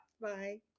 Bye